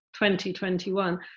2021